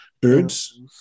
birds